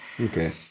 okay